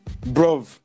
Bro